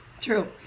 true